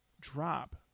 drop